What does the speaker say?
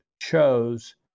chose